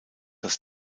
das